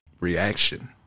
reaction